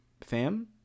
fam